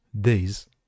days